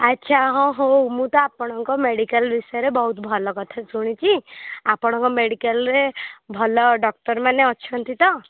ଆଛା ହ ହଉ ମୁଁତ ଆପଣଙ୍କ ମେଡିକାଲ୍ ବିଷୟରେ ବହୁତ ଭଲକଥା ଶୁଣିଛି ଆପଣଙ୍କ ମେଡିକାଲ୍ରେ ଭଲ ଡକ୍ଟରମାନେ ଅଛନ୍ତି ତ